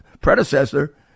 predecessor